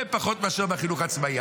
הרבה פחות מאשר החינוך העצמאי.